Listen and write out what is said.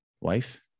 wife